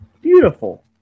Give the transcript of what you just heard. Beautiful